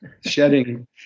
shedding